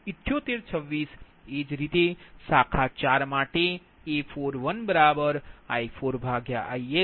એ જ રીતે શાખા 4 માટે A41I4IL2 j0